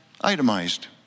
itemized